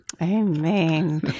Amen